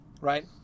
right